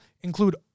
include